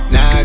Now